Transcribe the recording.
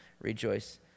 rejoice